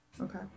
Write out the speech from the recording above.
okay